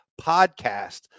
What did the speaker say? podcast